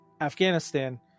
Afghanistan